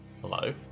Hello